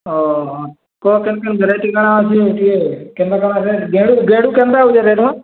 ଅ ହଁ କୁହ କେନ୍ କେନ୍ ଭେରାଇଟି କାଣା ଅଛି ଟିକେ କେତେ କ'ଣ ରେଟ୍ ଗେଣ୍ଡୁ ଗେଣ୍ଡୁ କେନ୍ତା ଅଛି ରେଟ୍